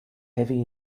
heavy